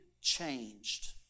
changed